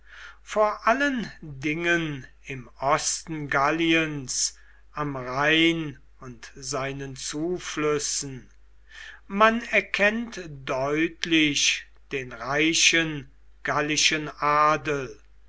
vor allen dingen im osten galliens am rhein und seinen zuflüssen man erkennt deutlich den reichen gallischen adel